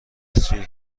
سیر